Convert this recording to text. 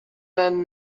then